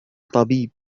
طبيب